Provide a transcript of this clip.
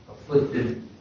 afflicted